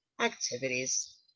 activities